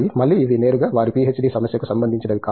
మళ్ళీ ఇవి నేరుగా వారి పీహెచ్డీ సమస్యకు సంబంధించినవి కావు